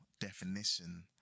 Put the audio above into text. definition